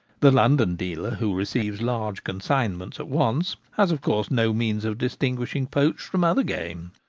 the london dealer, who receives large consignments at once, has of course no means of distinguishing poached from other game.